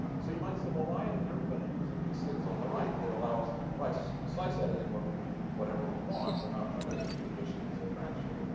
you might say, well, why isn't everybody using these things on the right that allow us to do precise precise editing where we can do whatever we want? we're not limited to addition and subtraction.